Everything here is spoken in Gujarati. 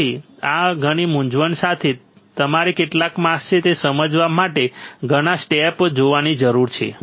તેથી આ બધી મૂંઝવણ સાથે તમારે કેટલા માસ્ક છે તે સમજવા માટે ઘણા સ્ટેપ્સ જોવાની જરૂર છે